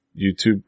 youtube